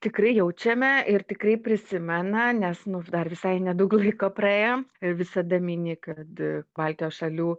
tikrai jaučiame ir tikrai prisimena nes nu dar visai nedaug laiko praėjo visada mini kad baltijos šalių